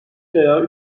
veya